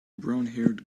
brownhaired